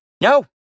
No